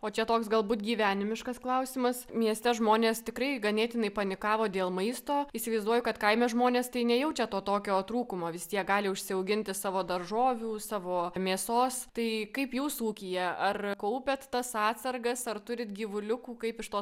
o čia toks galbūt gyvenimiškas klausimas mieste žmonės tikrai ganėtinai panikavo dėl maisto įsivaizduoju kad kaime žmonės tai nejaučia to tokio trūkumo vis tiek gali užsiauginti savo daržovių savo mėsos tai kaip jūsų ūkyje ar kaupiat tas atsargas ar turit gyvuliukų kaip iš tos